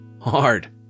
hard